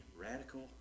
radical